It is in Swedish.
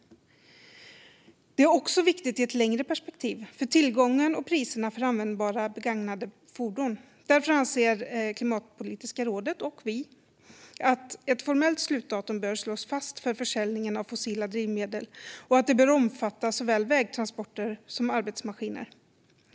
Det är också viktigt i ett längre perspektiv för tillgången och priserna på användbara begagnade fordon. Därför anser Klimatpolitiska rådet och vi att ett formellt slutdatum bör slås fast för försäljningen av fossila drivmedel och att det bör omfatta såväl vägtransporter som arbetsmaskiner.